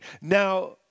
Now